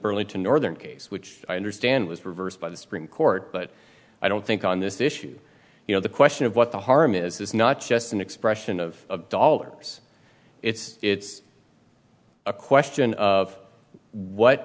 northern case which i understand was reversed by the supreme court but i don't think on this issue you know the question of what the harm is is not just an expression of dollars it's it's a question of what